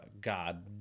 God